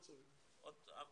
בהשוואה